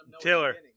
Taylor